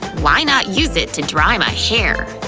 why not use it to dry my hair?